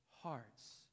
hearts